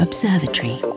Observatory